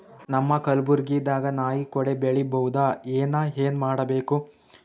ನಮ್ಮ ಕಲಬುರ್ಗಿ ದಾಗ ನಾಯಿ ಕೊಡೆ ಬೆಳಿ ಬಹುದಾ, ಏನ ಏನ್ ಮಾಡಬೇಕು?